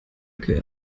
quer